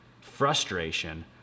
frustration